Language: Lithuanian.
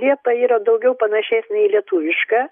liepa yra daugiau panašesnė į lietuvišką